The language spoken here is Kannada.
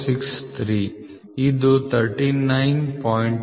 063 ಇದು 39